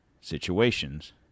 situations